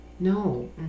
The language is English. no